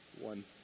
one